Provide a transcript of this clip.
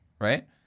Right